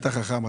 אתה חכם,